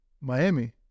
Miami